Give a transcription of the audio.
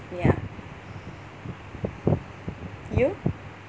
ya you